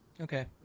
Okay